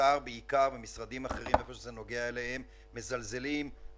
האוצר ומשרדים אחרים מזלזלים,